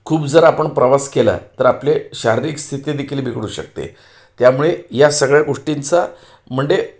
खूप जर आपण प्रवास केला तर आपले शारीरिक स्थिती देखील बिघडू शकते त्यामुळे या सगळ्या गोष्टींचा म्हणजे